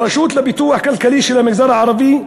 הרשות לפיתוח כלכלי של המגזר הערבי,